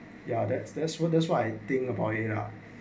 yeah that's that's what that's what I think about it lah